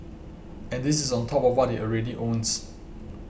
and this is on top of what he already owns